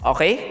Okay